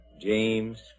James